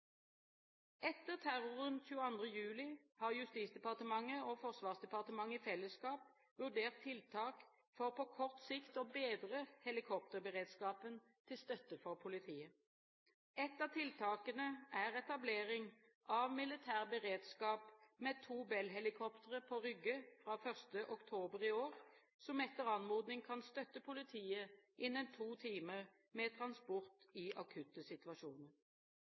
Forsvarsdepartementet i fellesskap vurdert tiltak for på kort sikt å bedre helikopterberedskapen til støtte for politiet. Ett av tiltakene er etablering av militær beredskap med to Bell-helikoptre på Rygge fra 1. oktober i år som etter anmodning kan støtte politiet innen to timer med transport i akutte situasjoner.